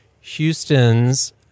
Houston's